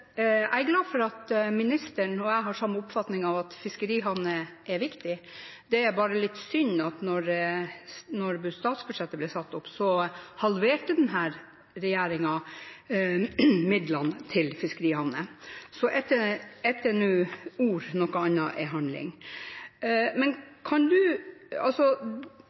Jeg er glad for at ministeren og jeg har samme oppfatning av at fiskerihavner er viktig. Det er bare litt synd at da statsbudsjettet ble satt opp, halverte denne regjeringen midlene til fiskerihavner – så ett er nå ord, noe annet er handling. Hvis jeg forstår deg rett, betyr det du